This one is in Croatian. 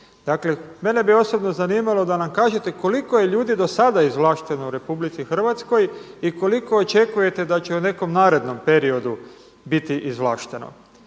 Dakle, mene bi osobno zanimalo da nam kažete koliko je ljudi do sada izvlašteno u RH i koliko očekujete da će u nekom narednom periodu biti izvlašteno.